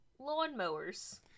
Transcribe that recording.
lawnmowers